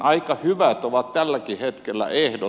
aika hyvät ovat tälläkin hetkellä ehdot